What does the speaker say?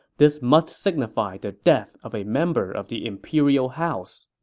this must signify the death of a member of the imperial house.